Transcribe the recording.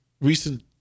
recent